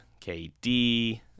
KD